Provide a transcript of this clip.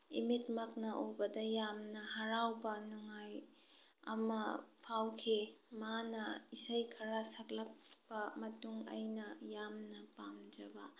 ꯏꯃꯤꯠꯃꯛꯅ ꯎꯕꯗ ꯌꯥꯝꯅ ꯍꯔꯥꯎꯕ ꯅꯨꯉꯥꯏ ꯑꯃ ꯐꯥꯎꯈꯤ ꯃꯥꯅ ꯏꯁꯩ ꯈꯔ ꯁꯛꯂꯛꯄ ꯃꯇꯨꯡ ꯑꯩꯅ ꯌꯥꯝꯅ ꯄꯥꯝꯖꯕ